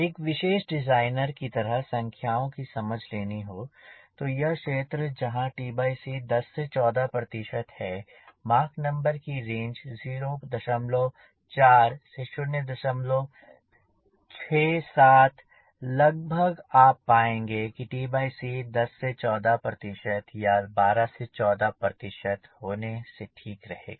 एक विशेष डिज़ाइनर की तरह संख्याओं की समझ लेनी हो तो यह क्षेत्र जहाँ 10 से 14 है मॉक नंबर की रेंज 04 से 06 07 लगभग और आप पाएंगे कि 10 से 14 या 12 से 14 होने से ठीक रहेगा